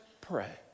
pray